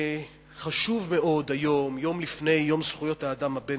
חשוב מאוד היום, יום לפני היום הבין-לאומי